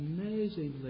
amazingly